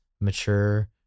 mature